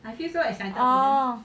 oh